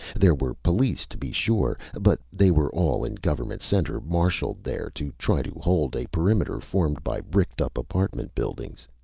there were police, to be sure. but they were all in government center, marshaled there to try to hold a perimeter formed by bricked-up apartment buildings.